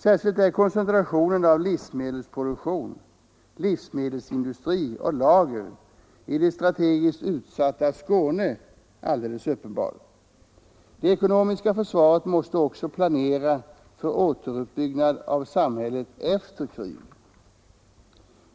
Särskilt är koncentrationen av livsmedelsproduktion, livsmedelsindustri och lager i det strategiskt utsatta Skåne alldeles uppenbar. Det ekonomiska försvaret måste också planera för återuppbyggnad av samhället efter krig.